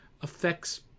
affects